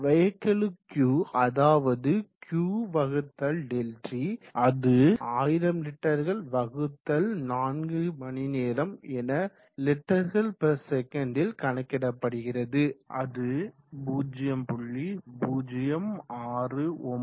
வகைக்கெழு Q அதாவது Q∆t அது 100 லிட்டர்கள் வகுத்தல் 4 மணிநேரம் என லிட்டர்கள் பெர் செகண்ட் ல் கணக்கிடப்படுகிறது அது 0